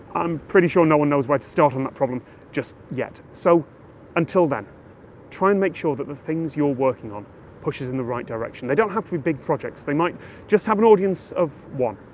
i'm pretty sure no-one knows where to start on that problem just yet. so until then try and make sure the things you're working on push us in the right direction. they don't have to be big projects, they might just have an audience of one.